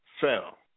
fell